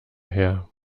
her